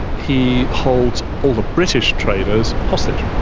he holds all the british traders hostage.